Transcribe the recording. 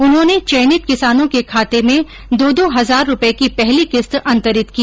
उन्होंने चयनित किसानों के खाते में दो दो हजार रूपए की पहली किस्त अंतरित की